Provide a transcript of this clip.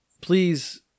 please